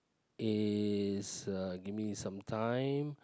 is uh give me some time